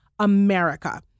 America